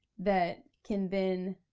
that can then,